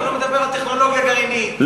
רוצה טכנולוגיה גרעינית.